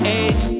age